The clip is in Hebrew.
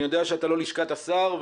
אני יודע שאתה לא לשכת השר,